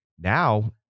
Now